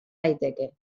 daiteke